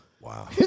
Wow